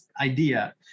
idea